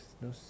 no